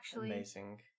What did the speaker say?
amazing